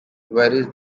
varies